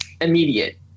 immediate